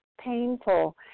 painful